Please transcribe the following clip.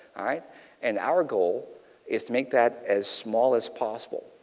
and our goal is to make that as small as possible.